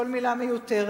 כל מלה מיותרת.